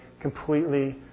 completely